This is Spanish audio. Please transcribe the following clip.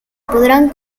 podrán